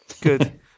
good